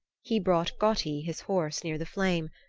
he brought goti, his horse, near the flame,